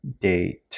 date